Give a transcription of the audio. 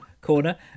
corner